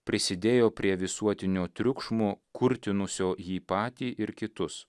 prisidėjo prie visuotinio triukšmo kurtinusio jį patį ir kitus